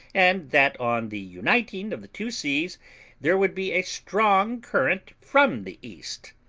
and that on the uniting of the two seas there would be a strong current from the east,